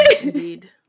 Indeed